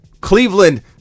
Cleveland